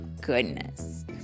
goodness